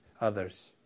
others